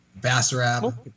Bassarab